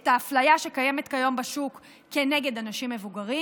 את האפליה שקיימת היום בשוק כנגד אנשים מבוגרים,